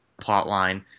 plotline